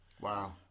Wow